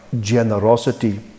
generosity